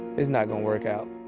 it's not gonna work out.